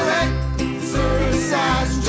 exercise